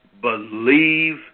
believe